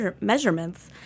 measurements